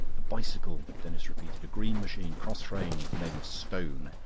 a bicycle! denis repeated. green machine, cross-framed, name of stone.